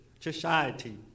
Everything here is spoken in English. society